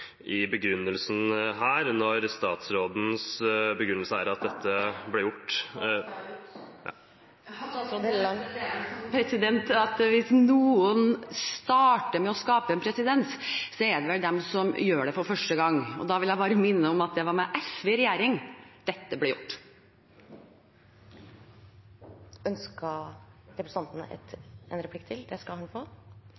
begrunnelsen her, når statsrådens begrunnelse er at det ble gjort ... Da er tiden ute. Det er vel slik at hvis noen starter å skape en presedens, er det vel den som gjør det for første gang. Da vil jeg bare minne om at det var med SV i regjering dette ble gjort.